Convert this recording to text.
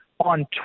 on